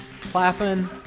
clapping